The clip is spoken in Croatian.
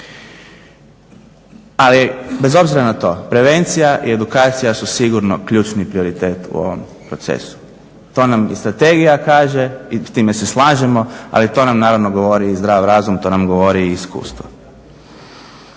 Ali, bez obzira na to, prevencija i edukaciju su sigurno ključni prioritet u ovom procesu, to nam i strategija kaže i s time se slažemo, ali to nam naravno govori i zdrav razum, to nam govori i iskustvo.